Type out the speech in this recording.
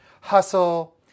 hustle